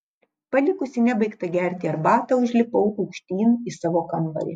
palikusi nebaigtą gerti arbatą užlipau aukštyn į savo kambarį